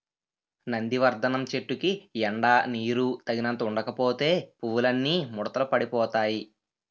నందివర్థనం చెట్టుకి ఎండా నీరూ తగినంత ఉండకపోతే పువ్వులన్నీ ముడతలు పడిపోతాయ్